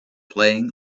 playing